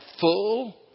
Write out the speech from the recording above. full